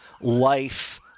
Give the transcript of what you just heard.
life